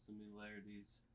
similarities